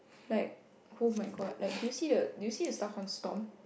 like oh my god like do you see the do you see the star home stone